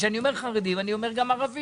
כשאני אומר חרדים, אני אומר גם ערבים.